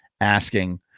asking